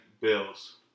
Bills